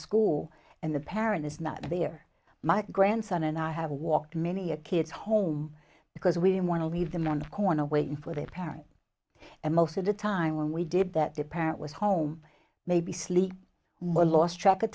school and the parent is not there my grandson and i have walked many a kids home because we want to leave them on the corner waiting for their parents and most of the time when we did that the parent was home maybe sleep more lost track of